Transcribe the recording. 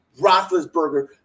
Roethlisberger